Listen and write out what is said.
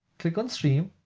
click on stream.